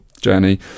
journey